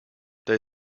there